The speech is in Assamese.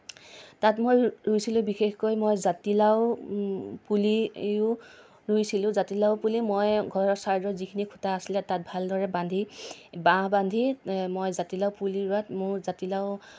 তাত মই ৰুইছিলোঁ বিশেষকৈ মই জাতিলাউ পুলিও ৰুইছিলোঁ জাতিলাউ পুলি মই ঘৰৰ ছাইডৰ যিখিনি খুটা আছিলে তাত ভালদৰে বান্ধি বাঁহ বান্ধি মই জাতিলাউ ৰুৱাত মোৰ জাতিলাউ